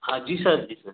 हाँ जी सर जी सर